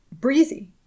Breezy